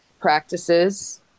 practices